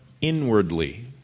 inwardly